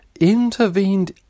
intervened